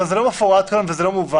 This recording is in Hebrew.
אבל זה לא מפורט כאן וזה לא מובן.